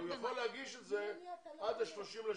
אבל הוא יכול להגיש את זה עד ה-30 ביולי.